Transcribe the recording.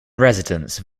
residents